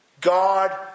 God